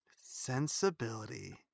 Sensibility